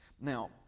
Now